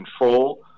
control